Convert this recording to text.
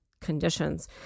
conditions